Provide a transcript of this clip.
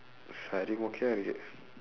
சரி மொக்கையா இருக்கு:sari mokkaiyaa irukku